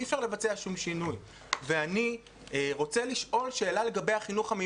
אי-אפשר לבצע שום שינוי.